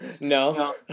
No